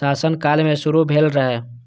शासन काल मे शुरू भेल रहै